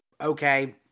Okay